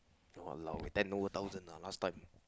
!walao! eh ten over thousand ah last time